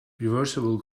reversible